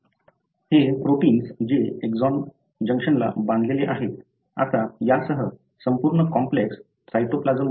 हे प्रोटिन्स जे एक्सॉन जंक्शनला बांधलेले आहेत आता यासह संपूर्ण कॉम्प्लेक्स साइटोप्लाझममध्ये नेले जाते